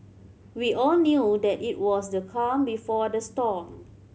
we all knew that it was the calm before the storm